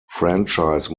franchise